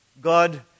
God